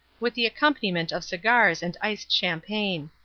with the accompaniment of cigars and iced champagne.